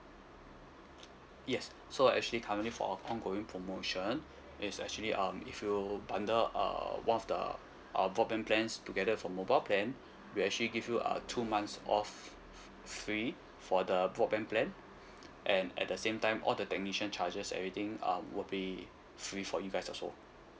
yes so actually currently for our ongoing promotion it's actually um if you bundle uh one of the uh broadband plans together with a mobile plan we actually give you a two months off free for the broadband plan and at the same time all the technician charges everything um would be free for you guys also